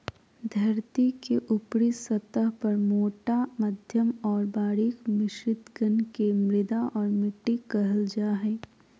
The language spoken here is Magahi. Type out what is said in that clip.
धरतीके ऊपरी सतह पर मोटा मध्यम और बारीक मिश्रित कण के मृदा और मिट्टी कहल जा हइ